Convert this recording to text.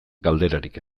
galderarik